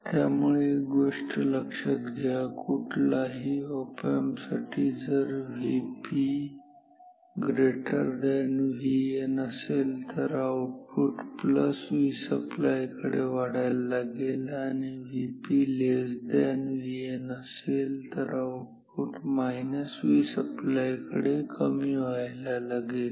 त्यामुळे एक गोष्ट लक्षात घ्या कुठल्याही ऑप एम्प साठी जर Vp Vn असेल तर आउटपुट Vsupply कडे वाढायला लागेल आणि जर Vp Vn असेल तर आउटपुट Vsupply कडे कमी व्हायला लागेल